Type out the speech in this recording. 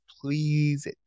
please